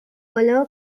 allow